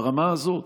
ברמה הזאת.